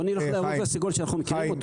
בוא נלך לירוק ולסגול שאנחנו מכירים,